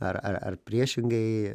ar ar ar priešingai